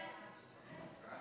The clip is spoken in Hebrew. חוק